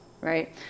right